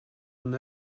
and